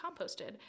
composted